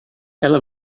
ela